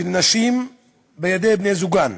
של נשים בידי בני-זוגן.